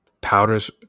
Powders